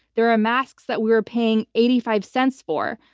there are masks that we were paying eighty five cents for.